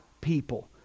people